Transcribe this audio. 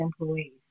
employees